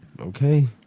Okay